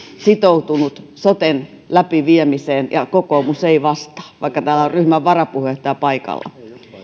sitoutunut soten läpiviemiseen ja kokoomus ei vastaa vaikka täällä on ryhmän varapuheenjohtaja paikalla